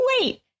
wait